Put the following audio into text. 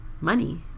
money